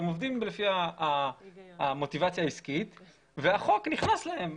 אבל הם עובדים לפי המוטיבציה העסקית והחוק נכניס להם.